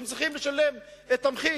הם צריכים לשלם את המחיר,